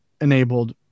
enabled